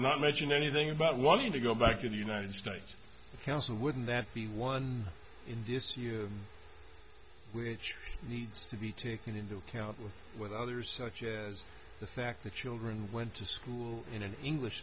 not mention anything about wanting to go back to the united states to counsel wouldn't that be one in dispute which needs to be taken into account with with others such as the fact the children went to school in an english